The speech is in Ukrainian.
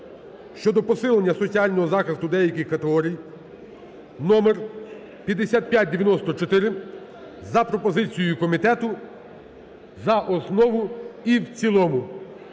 (щодо посилення соціального захисту деяких категорій) (номер 5594), за пропозицією комітету, за основу і в цілому,